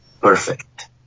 perfect